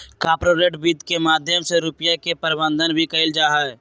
corporate वित्त के माध्यम से रुपिया के प्रबन्धन भी कइल जाहई